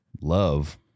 love